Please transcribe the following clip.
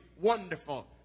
wonderful